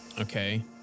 Okay